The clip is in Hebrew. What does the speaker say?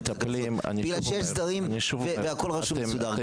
מכיוון שיש סדרים והכול רשום מסודר.